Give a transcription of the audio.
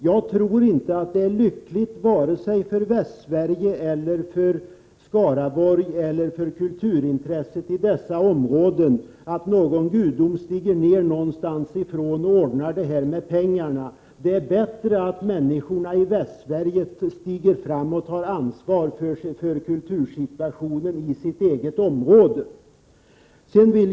Jag tror inte att det är lyckligt för vare sig Västsverige, Skaraborg eller för kulturintresset i dessa områden att en gudom stiger ned och ordnar fram pengar. Det är bättre att människorna i Västsverige stiger fram och tar ansvar för kultursituationen i det egna området.